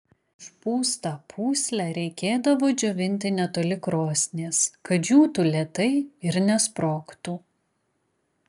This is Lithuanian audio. išpūstą pūslę reikėdavo džiovinti netoli krosnies kad džiūtų lėtai ir nesprogtų